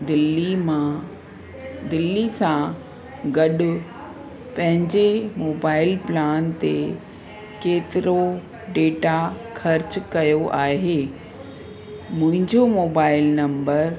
दिल्ली मां दिल्ली सां गॾु पंहिंजे मोबाइल प्लान ते केतिरो डेटा ख़र्च कयो आहे मुंहिंजो मोबाइल नम्बर